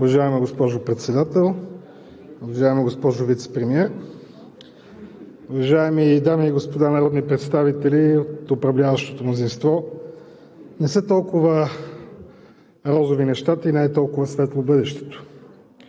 Уважаема госпожо Председател, уважаема госпожо Вицепремиер, уважаеми дами и господа народни представители от управляващото мнозинство! Не са толкова розови нещата и не е толкова светло бъдещето.